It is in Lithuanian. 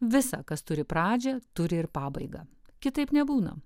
visa kas turi pradžią turi ir pabaigą kitaip nebūna